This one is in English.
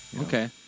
Okay